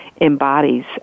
embodies